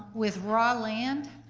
with raw land,